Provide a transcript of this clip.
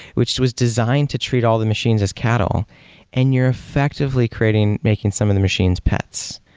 which was designed to treat all the machines as cattle and you're effectively creating, making some of the machines pets.